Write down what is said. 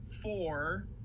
four